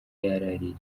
yaraririye